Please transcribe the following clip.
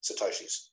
satoshis